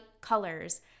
colors